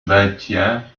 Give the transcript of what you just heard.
maintiens